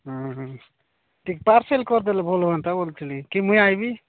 ହଁ ହଁ ଟିକେ ପାର୍ସଲ୍ କରିଦେଲେ ଭଲ ହୁଅନ୍ତା ବୋଲିଥିଲି କି ମୁଁ ଆସିବି